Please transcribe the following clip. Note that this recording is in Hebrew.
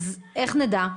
אז איך נדע?